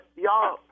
Y'all